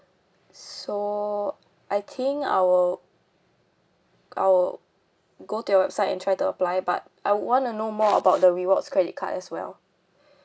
so I think I will I will go to your website and try to apply but I want to know more about the rewards credit card as well